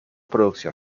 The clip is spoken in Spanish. producción